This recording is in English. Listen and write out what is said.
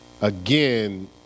again